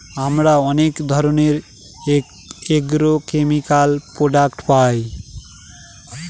আমরা অনেক ধরনের এগ্রোকেমিকাল প্রডাক্ট পায়